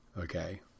Okay